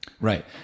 Right